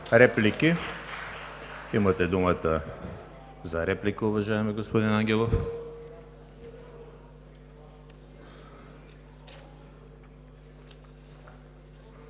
Реплики? Имате думата за реплика, уважаеми господин Ангелов.